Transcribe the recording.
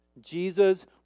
Jesus